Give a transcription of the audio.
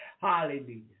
Hallelujah